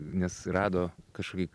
nes rado kažkokį